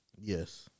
Yes